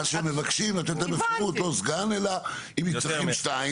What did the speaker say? מה שמבקשים --- לא סגן, אלא אם צריכים שתיים?